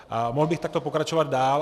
A mohl bych takto pokračovat dál.